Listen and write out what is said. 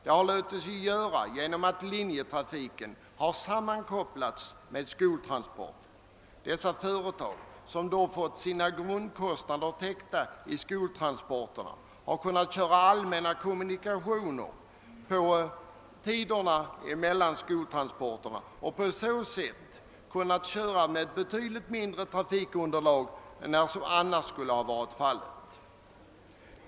Det har låtit sig göra genom att linjetrafiken sammankopplats med skoltransporter. Dessa företag, som då fått sina grundkostnader täckta genom skoltransporterna, har kunnat klara allmänna kommunikationer under tiden mellan skoltransporterna och på så sätt kunnat köra med betydligt mindre trafikunderlag än vad som annars skulle ha varit erforderligt.